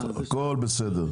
הכול בסדר.